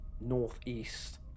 northeast